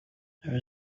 there